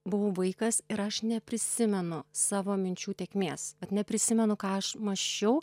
buvau vaikas ir aš neprisimenu savo minčių tėkmės vat neprisimenu ką aš mąsčiau